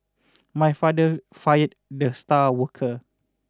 my father fired the star worker